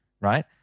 right